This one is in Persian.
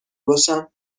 باشم